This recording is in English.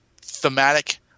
thematic